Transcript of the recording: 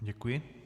Děkuji.